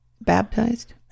Baptized